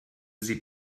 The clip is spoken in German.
sie